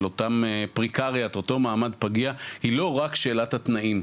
אותו מעמד פגיע היא לא רק שאלת התנאים,